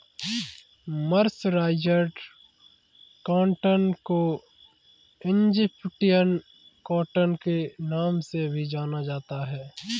mercerised cotton को Egyptian cotton के नाम से भी जाना जाता है